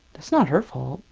it's not her fault,